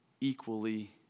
equally